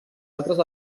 altres